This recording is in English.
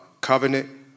Covenant